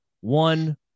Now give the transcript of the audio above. one